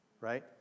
right